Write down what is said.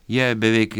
jie beveik